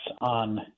on